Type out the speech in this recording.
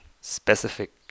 specific